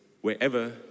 wherever